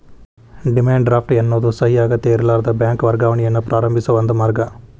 demand draft ಎನ್ನೋದು ಸಹಿ ಅಗತ್ಯಇರ್ಲಾರದ ಬ್ಯಾಂಕ್ ವರ್ಗಾವಣೆಯನ್ನ ಪ್ರಾರಂಭಿಸೋ ಒಂದ ಮಾರ್ಗ